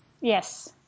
Yes